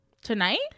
Tonight